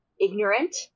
Ignorant